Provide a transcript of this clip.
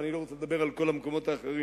ואני לא רוצה לדבר על כל המקומות האחרים.